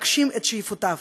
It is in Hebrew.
להגשים את שאיפותיו,